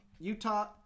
Utah